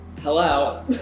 Hello